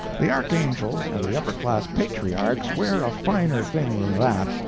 the archangels and the upper-class patriarchs wear a finer thing than that.